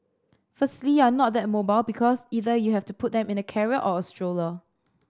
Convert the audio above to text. firstly you're not that mobile because either you have to put them in a carrier or a stroller